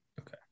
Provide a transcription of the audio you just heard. Okay